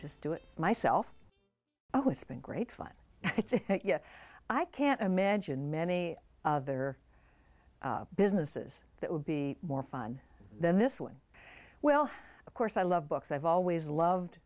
just do it myself oh it's been great fun i can't imagine many other businesses that would be more fun than this one well of course i love books i've always loved